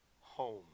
home